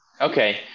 Okay